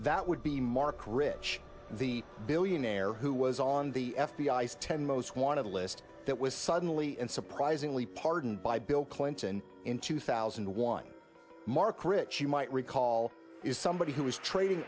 that would be marc rich the billionaire who was on the f b i s ten most wanted list that was suddenly and surprisingly pardoned by bill clinton in two thousand and one marc rich you might recall is somebody who was trading